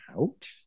out